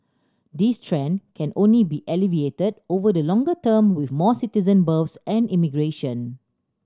this trend can only be alleviated over the longer term with more citizen births and immigration